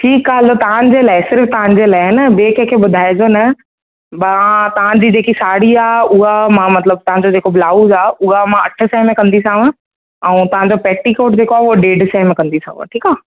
ठीकु आहे हलो तव्हांजे लाइ सिर्फ़ु तव्हां जे लाइ हा न ॿिए कंहिंखे ॿुधाइजो न ॿ तव्हां जी जेकी साड़ी आहे उहा मां मतिलबु तव्हां जो जेको ब्लाउस आहे उहा मां अठे सौ में कंदीसांव ऐं तव्हांजो पेटीकोट जेको आहे उहो ॾेढ सौ में कंदीसांव ठीकु आहे